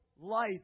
light